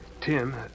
Tim